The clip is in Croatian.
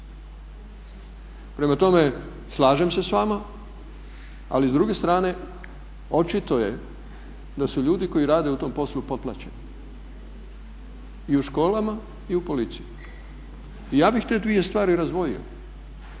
Prema tome, slažem se s vama ali s druge strane očito je da su ljudi koji rade u tom poslu potplaćeni i u školama i u policiji. I ja bih te dvije stvari razdvojio.